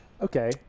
Okay